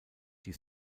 die